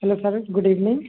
hello sir good evening